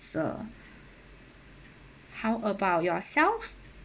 how about yourself